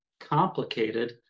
complicated